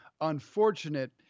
unfortunate